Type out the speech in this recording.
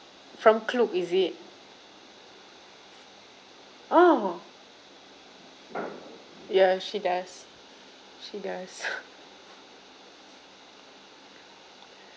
from Klook is it oh ya she does she does